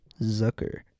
Zucker